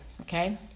okay